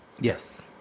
Yes